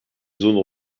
zones